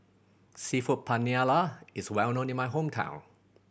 Seafood Paella is well known in my hometown